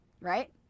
right